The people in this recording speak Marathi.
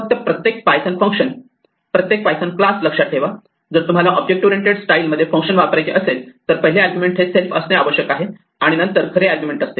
फक्त प्रत्येक पायथन फंक्शन प्रत्येक पायथन क्लास लक्षात ठेवा जर तुम्हाला ऑब्जेक्ट ओरिएंटेड स्टाईल मध्ये फंक्शन वापरायचे असेल तर पहिले आर्ग्युमेंट हे सेल्फ असणे आवश्यक आहे आणि नंतर खरे आर्ग्युमेंट असते